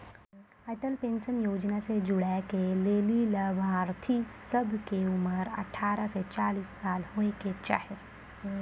Atal pension Yojana से जुड़ै के लेली लाभार्थी सभ के उमर अठारह से चालीस साल होय के चाहि